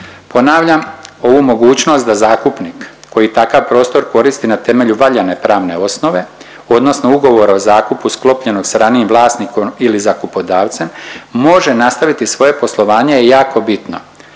Ponavljam, ovu mogućnost da zakupnik koji takav prostor koristi na temelju valjane pravne osnove, odnosno ugovora o zakupu sklopljenog sa ranijim vlasnikom ili zakupodavcem, može nastaviti svoje poslovanje je jako bitno